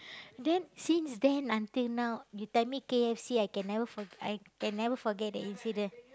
then since then until now you tell me K_F_C I can never for I can never forget that incident